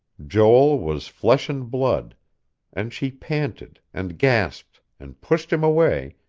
joel was flesh and blood and she panted, and gasped, and pushed him away,